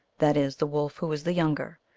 that is the wolf who is the younger,